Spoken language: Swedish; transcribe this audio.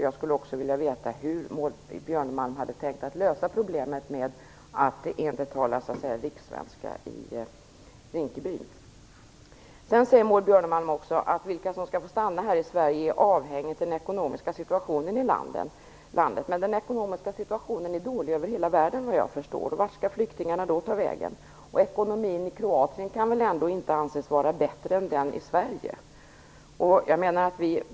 Jag skulle också vilja veta hur Maud Björnemalm har tänkt att lösa problemet med att det inte talas rikssvenska i Maud Björnemalm säger också att vilka som skall få stanna här i Sverige är avhängigt av den ekonomiska situationen i landet. Men den ekonomiska situationen är dålig över hela världen, vad jag förstår. Vart skall flyktingarna då ta vägen? Ekonomin i Kroatien kan väl ändå inte anses vara bättre än den i Sverige.